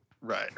Right